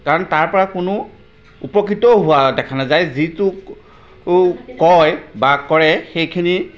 কাৰণ তাৰ পৰা কোনো উপকৃতও হোৱা দেখা নেযায় যিটো কয় বা কৰে সেইখিনি